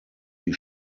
die